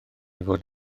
fod